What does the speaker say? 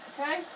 Okay